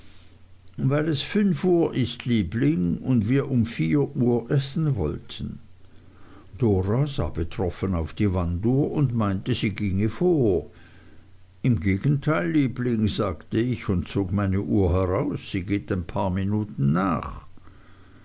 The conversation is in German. weil es fünf uhr ist liebling und wir um vier uhr essen wollten dora sah betroffen auf die wanduhr und meinte sie ginge vor im gegenteil liebling sagte ich und zog meine uhr heraus sie geht ein paar minuten nach